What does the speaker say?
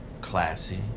classy